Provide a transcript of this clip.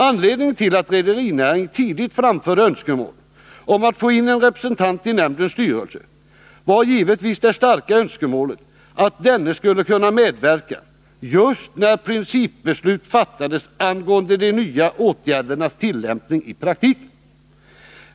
Anledningen till att rederinäringen tidigt framförde önskemål om att få in en representant i nämndens styrelse var givetvis det starka önskemålet att denne skulle kunna medverka just när principbeslut fattades angående de nya åtgärdernas tillämpning i praktiken.